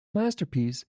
masterpiece